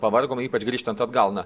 pavargom ypač grįžtant atgal na